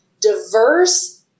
diverse